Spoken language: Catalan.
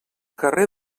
carrer